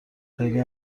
خلی